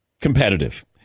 Competitive